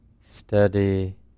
steady